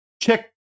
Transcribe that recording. check